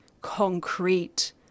concrete